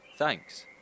Thanks